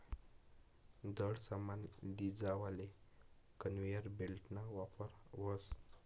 जड सामान लीजावाले कन्वेयर बेल्टना वापर व्हस